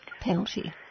penalty